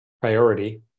priority